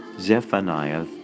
Zephaniah